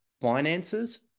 finances